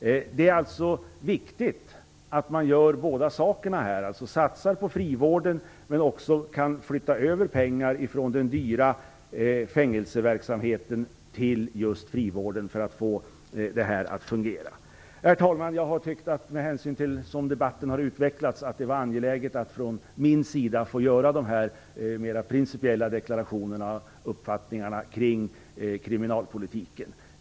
Det är alltså viktigt att man både satsar på frivården och flyttar över pengar från den dyra fängelseverksamheten till frivården för att få detta att fungera. Herr talman! Med hänsyn till hur debatten har utvecklats tyckte jag att det var angeläget att få göra de här principiella deklarationerna kring kriminalpolitiken.